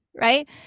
right